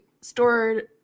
stored